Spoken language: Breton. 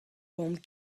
oamp